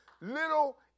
little